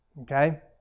okay